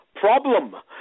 problem